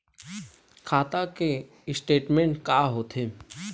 खाता के स्टेटमेंट का होथे?